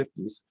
1950s